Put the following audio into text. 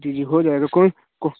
जी जी हो जाएगा कोई कोई